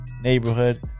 Neighborhood